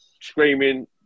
screaming